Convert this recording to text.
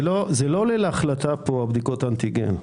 זה לא חלק מההחלטה עכשיו, בדיקות אנטיגן.